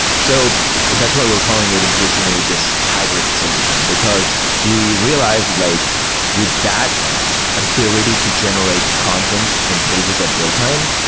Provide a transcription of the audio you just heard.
so that's why we're calling it increasingly this hybrid solution, because we realized like with that ability to generate content in pages at build time,